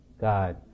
God